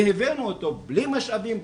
והבאנו אותו בלי משאבים,